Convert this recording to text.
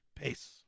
Peace